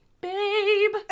babe